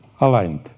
aligned